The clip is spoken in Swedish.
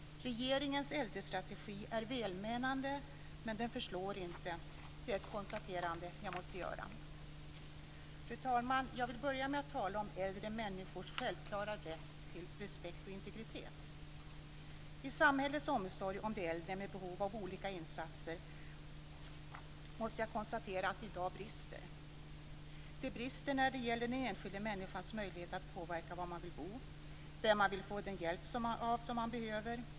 Regeringens äldrestrategi är välmenande men den förslår inte. Det är ett konstaterande som jag måste göra. Fru talman! Jag vill börja med att tala om äldre människors självklara rätt till respekt och integritet. I samhällets omsorg om de äldre med behov av olika insatser måste jag konstatera att det i dag brister. Det brister när det gäller den enskilda människans möjlighet att påverka var man vill bo och vem man vill få den hjälp av som man behöver.